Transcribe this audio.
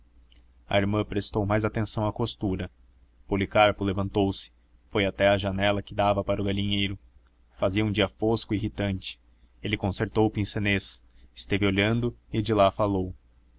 a irmã prestou mais atenção à costura policarpo levantou-se foi até a janela que dava para o galinheiro fazia um dia fosco e irritante ele concertou o pince-nez esteve olhando e de lá falou